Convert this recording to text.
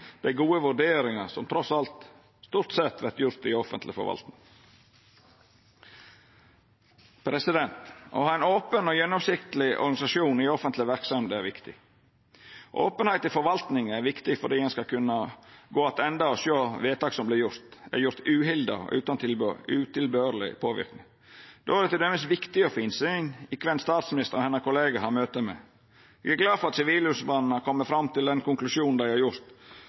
gode vurderinga som trass alt stort sett vert gjord i offentleg forvalting. Å ha ein open og gjennomskinleg organisasjon i offentlege verksemder er viktig. Openheit i forvaltinga er viktig fordi ein skal kunna gå attende og sjå vedtak som er gjorde, som er gjorde uhilda og utan tilbørleg påverknad. Då er det t.d. viktig å få innsyn i kven statsministeren og hennar kollegaer har møte med. Eg er glad for at Sivilombodsmannen har kome fram til den konklusjonen dei har gjort,